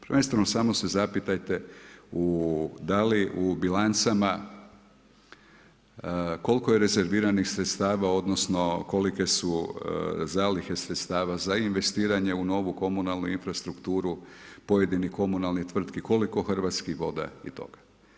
Prvenstveno samo se zapitajte u da li u bilancama, koliko je rezerviranih sredstava odnosno kolike su zalihe sredstava za investiranje u novu komunalnu infrastrukturu pojedinih komunalnih tvrtki, koliko Hrvatskih voda i toga.